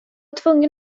tvungen